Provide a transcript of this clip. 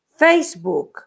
Facebook